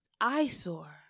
eyesore